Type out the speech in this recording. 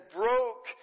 broke